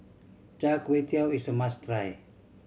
Char Kway Teow is a must try